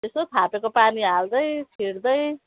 यसो थापेको पानी हाल्दै छिट्दै